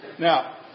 Now